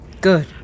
Good